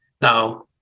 Now